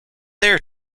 there